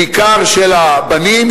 בעיקר של הבנים,